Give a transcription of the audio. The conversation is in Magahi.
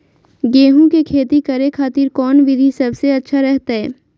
गेहूं के खेती करे खातिर कौन विधि सबसे अच्छा रहतय?